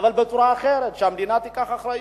אבל בצורה אחרת, שהמדינה תיקח אחריות.